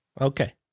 Okay